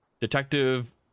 Detective